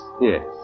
Yes